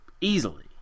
easily